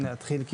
להתחיל.